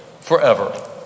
forever